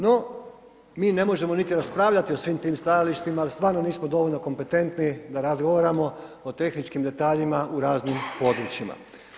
No, mi ne možemo niti raspravljati o svim tim stajalištima, al stvarno nismo dovoljno kompetentni da razgovaramo o tehničkim detaljima u raznim područjima.